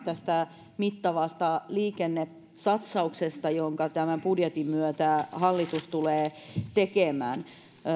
tästä mittavasta liikennesatsauksesta jonka tämän budjetin myötä hallitus tulee tekemään